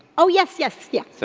oh yes, yes, yeah.